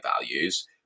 values